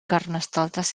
carnestoltes